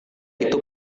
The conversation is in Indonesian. itu